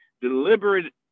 deliberate